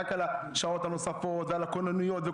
רק על השעות הנוספות ועל הכוננויות.